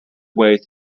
way